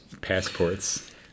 passports